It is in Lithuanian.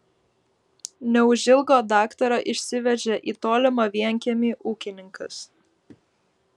neužilgo daktarą išsivežė į tolimą vienkiemį ūkininkas